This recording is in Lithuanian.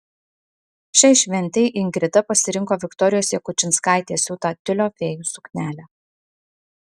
šiai šventei ingrida pasirinko viktorijos jakučinskaitės siūtą tiulio fėjų suknelę